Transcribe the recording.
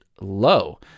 low